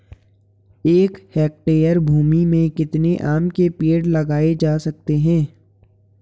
एक हेक्टेयर भूमि में कितने आम के पेड़ लगाए जा सकते हैं?